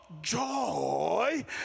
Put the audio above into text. joy